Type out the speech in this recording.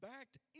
backed